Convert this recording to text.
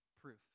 proof